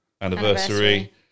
anniversary